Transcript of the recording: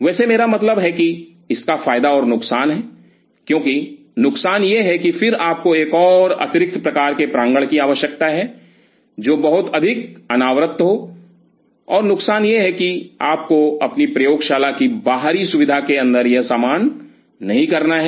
वैसे मेरा मतलब है कि इसका फायदा और नुकसान है क्योंकि नुकसान यह है कि फिर आपको एक और अतिरिक्त प्रकार के प्रांगण की आवश्यकता है जो बहुत अधिक अनावृत हो और नुकसान यह है कि आपको अपनी प्रयोगशाला की बाहरी सुविधा के अंदर यह सामान नहीं करना है